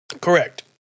Correct